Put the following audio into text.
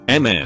MN